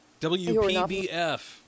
Wpbf